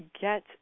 get